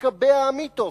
התקבע המיתוס.